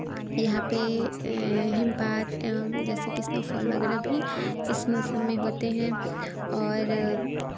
यहाँ पे हिमपात एवम जैसे कि स्नोफ़ॉल वगैरह भी इस मौसम में होते हैं और